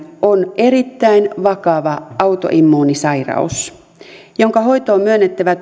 on erittäin vakava autoimmuunisairaus jonka hoitoon myönnettävää